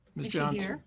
ms. johnson.